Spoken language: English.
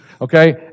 Okay